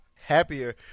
Happier